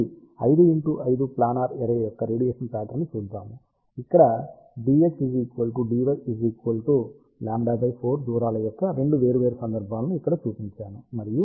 కాబట్టి 5 x 5 planar array యొక్క radiation pattern ని చూద్దాం ఇక్కడ dx dy λ4 దూరాల యొక్క 2 వేర్వేరు సందర్భాలను ఇక్కడ చూపించాను